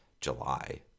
July